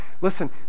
Listen